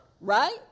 Right